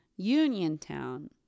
Uniontown